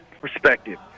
perspective